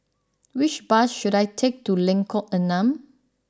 which bus should I take to Lengkok Enam